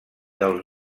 dels